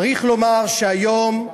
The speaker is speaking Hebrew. צריך לומר שהיום,